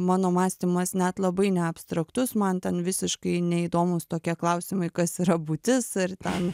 mano mąstymas net labai neabstraktus man ten visiškai neįdomūs tokie klausimai kas yra būtis ar ten